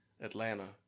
Atlanta